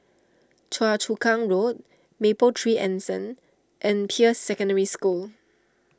Choa Chu Kang Road Mapletree Anson and Peirce Secondary School